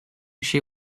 she